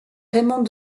raymond